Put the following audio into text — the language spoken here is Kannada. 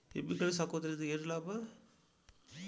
ಎಮ್ಮಿಗಳು ಸಾಕುವುದರಿಂದ ಏನು ಲಾಭ?